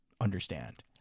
understand